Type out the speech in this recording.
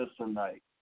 tonight